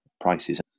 prices